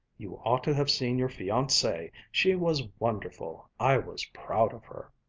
you ought to have seen your fiancee! she was wonderful! i was proud of her!